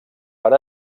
per